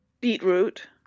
Beetroot